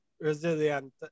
resilient